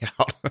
out